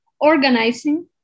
organizing